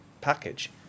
package